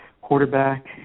Quarterback